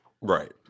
Right